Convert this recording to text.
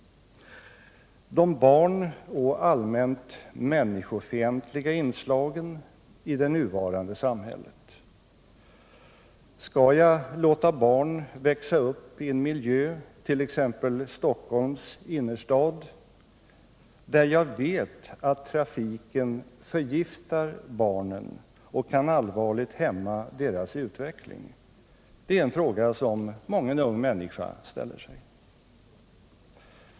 De barnoch allmänt människofientliga inslagen i det nuvarande samhället. Skall jag låta barn växa upp i en miljö, t.ex. Stockholms innerstad, där jag vet att trafiken förgiftar barnen och kan allvarligt hämma deras utveckling — det är en fråga som mången ung människa ställer sig.